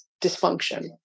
dysfunction